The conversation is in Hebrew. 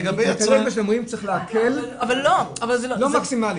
מה שאומרים, צריך להקל, לא מקסימלית.